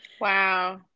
Wow